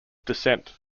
descent